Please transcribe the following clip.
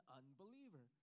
unbeliever